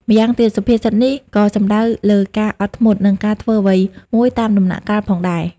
ម្យ៉ាងទៀត សុភាសិតនេះក៏សំដៅលើការអត់ធ្មត់ និងការធ្វើអ្វីមួយតាមដំណាក់កាលផងដែរ។